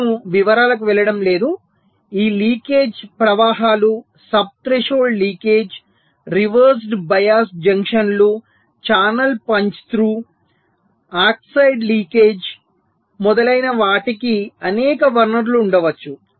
నేను వివరాలకు వెళ్ళడం లేదు ఈ లీకేజ్ ప్రవాహాలు sub threshold leakage reversed bias జంక్షన్లు channel punch through oxide leakage మొదలైన వాటికి అనేక వనరులు ఉండవచ్చు